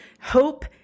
hope